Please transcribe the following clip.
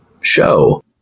show